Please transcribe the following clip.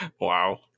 Wow